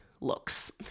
looks